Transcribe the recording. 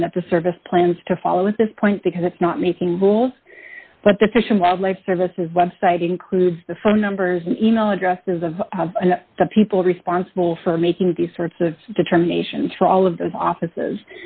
one that the service plans to follow at this point because it's not making rules but the fish and wildlife services web site includes the phone numbers and e mail addresses of the people responsible for making these sorts of determinations for all of those offices